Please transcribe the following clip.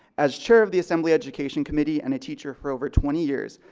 as chair of the assembly education committee and a teacher for over twenty years,